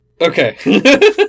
Okay